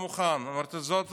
אמר לי: זאת ההוראה,